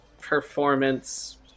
performance